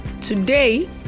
Today